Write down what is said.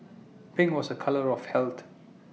pink was A colour of health